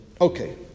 Okay